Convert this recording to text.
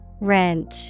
Wrench